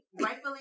Rightfully